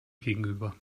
gegenüber